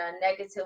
negative